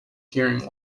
hearing